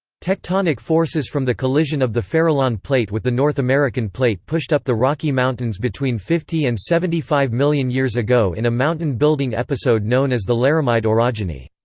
tectonic forces from the collision of the farallon plate with the north american plate pushed up the rocky mountains between fifty and seventy five million years ago in a mountain-building episode known as the laramide orogeny.